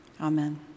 Amen